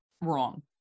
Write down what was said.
wrong